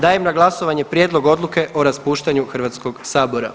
Dajem na glasovanje Prijedlog odluke o raspuštanju Hrvatskog sabora.